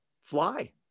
fly